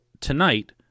tonight